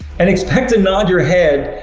and expect to nod your head,